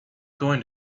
going